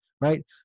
right